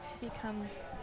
becomes